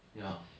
ya